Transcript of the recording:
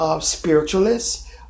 spiritualists